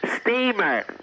steamer